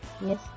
Yes